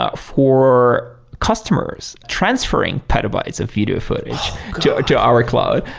ah for customers, transferring petabytes of video footage to our cloud oh